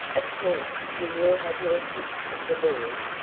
of course you will have your pick of the boys,